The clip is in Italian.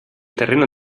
terreno